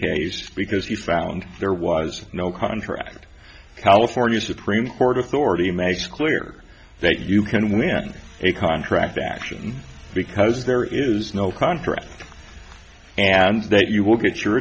case because you found there was no contract california supreme court authority makes clear that you can win a contract action because there is no contract and that you will get your